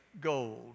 gold